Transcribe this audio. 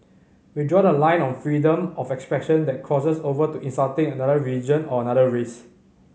we draw the line on freedom of expression that crosses over to insulting another religion or another race